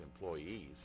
employees